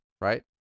right